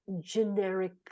generic